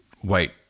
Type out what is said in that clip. white